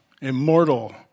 immortal